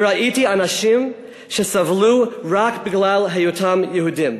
וראיתי אנשים שסבלו רק בגלל היותם יהודים.